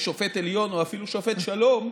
אבל אם שופט עליון או אפילו שופט שלום,